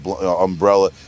umbrella